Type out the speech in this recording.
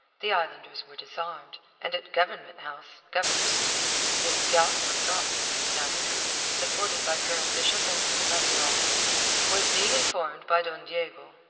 the islanders were disarmed, and at government house, governor steed his gout forgotten in his panic supported by colonel bishop and some lesser officers, was being informed by don diego,